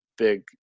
big